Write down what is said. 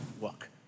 work